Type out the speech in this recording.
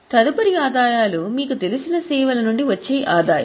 తదుపరి ఆదాయాలు మీకు తెలిసిన సేవల నుండి వచ్చే ఆదాయం